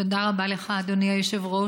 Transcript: תודה רבה לך, אדוני היושב-ראש.